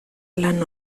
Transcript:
lan